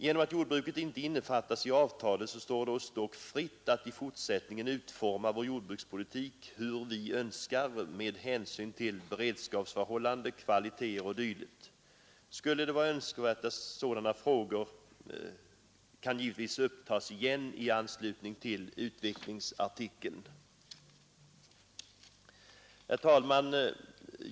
Genom att jordbruket inte innefattas i avtalet står det oss dock fritt att i fortsättningen utforma vår jordbrukspolitik hur vi önskar med hänsyn till beredskapsförhållanden, kvaliteter och dylikt. Skulle det vara önskvärt, kan givetvis sådana frågor upptas igen till behandling i anslutning till utvecklingsartikeln. Herr talman!